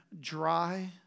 dry